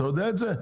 אתה יודע את זה?